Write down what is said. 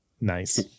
Nice